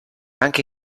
anche